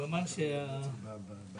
יש לה עצמאות,